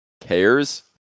cares